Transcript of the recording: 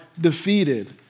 defeated